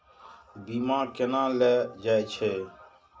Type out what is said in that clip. बीमा केना ले जाए छे?